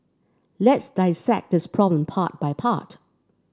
let's dissect this problem part by part